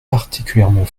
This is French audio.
particulièrement